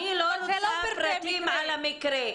אני לא רוצה פרטים על המקרה,